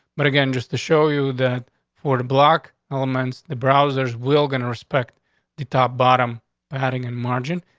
but again, just to show you that for the block elements, the browsers will gun respect the top bottom padding and margin.